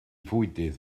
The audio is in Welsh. fwydydd